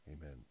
amen